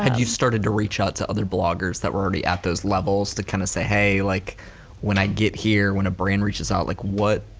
like you started to reach out to other bloggers that were already at those levels to kind of say, hey, like when i get here, when a brand reaches out, like what,